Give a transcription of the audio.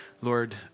Lord